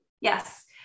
Yes